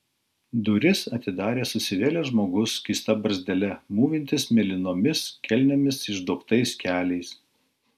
duris atidarė susivėlęs žmogus skysta barzdele mūvintis mėlynomis kelnėmis išduobtais keliais